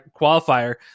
qualifier